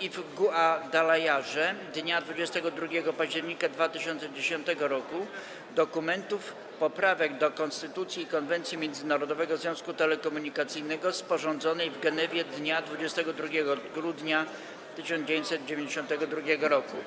i w Guadalajarze dnia 22 października 2010 r. dokumentów poprawek do konstytucji i Konwencji Międzynarodowego Związku Telekomunikacyjnego, sporządzonej w Genewie dnia 22 grudnia 1992 r.